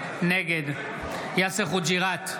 נגד יאסר חוג'יראת,